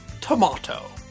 tomato